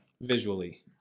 visually